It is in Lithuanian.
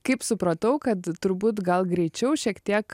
kaip supratau kad turbūt gal greičiau šiek tiek